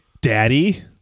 daddy